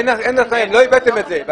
לא הבאתם את זה.